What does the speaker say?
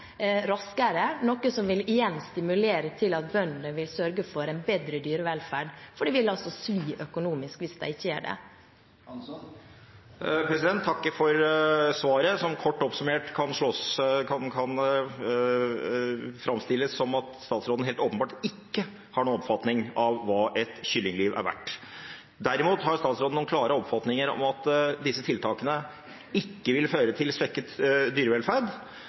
raskere, noe som igjen vil stimulere til at bøndene vil sørge for en bedre dyrevelferd, fordi det vil svi økonomisk hvis de ikke gjør det. Jeg takker for svaret, som kort oppsummert kan framstilles som at statsråden helt åpenbart ikke har noen oppfatning om hva et kyllingliv er verdt. Derimot har statsråden noen klare oppfatninger om at disse tiltakene ikke vil føre til svekket dyrevelferd.